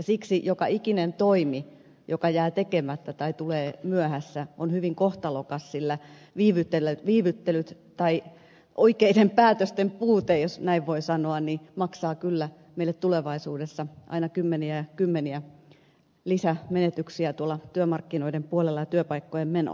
siksi joka ikinen toimi joka jää tekemättä tai tulee myöhässä on hyvin kohtalokas sillä viivyttely tai oikeiden päätösten puute jos näin voi sanoa maksaa kyllä meille tulevaisuudessa aina kymmeniä ja kymmeniä lisämenetyksiä tuolla työmarkkinoiden puolella ja työpaikkojen menoa